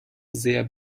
sehr